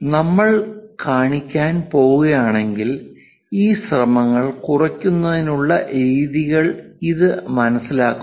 നമ്മൾ കാണിക്കാൻ പോകുകയാണെങ്കിൽ ഈ ശ്രമങ്ങൾ കുറയ്ക്കുന്നതിനുള്ള രീതികൾ ഇത് മനസ്സിലാക്കുന്നു